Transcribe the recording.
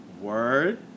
Word